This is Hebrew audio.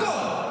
הכול.